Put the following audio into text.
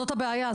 זאת הבעיה.